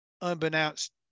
unbeknownst